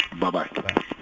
Bye-bye